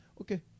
Okay